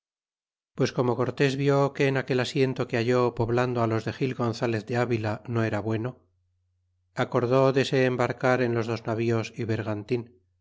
pues como cortes vió que en aquel asiento que halló poblando los de gil gonzalez de avi la no era bueno acordó de se embarcar en los dos navíos y bergantin